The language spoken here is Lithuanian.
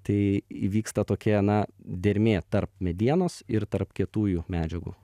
tai įvyksta tokia na dermė tarp medienos ir tarp kietųjų medžiagų